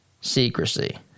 secrecy